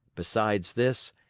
besides this,